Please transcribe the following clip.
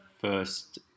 first